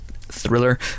thriller